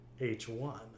h1